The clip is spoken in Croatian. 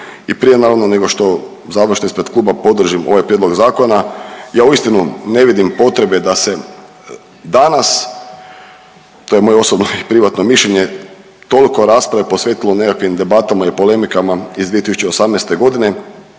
I prije naravno nego što završno ispred kluba podržim ovaj prijedlog zakona, ja uistinu ne vidim potrebe da se danas, to je moje osobni i privatno mišljenje, toliko rasprave posvetilo nekakvim debatama i polemikama iz 2018.g.